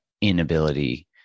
inability